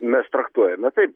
mes traktuojame taip